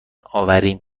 آوریم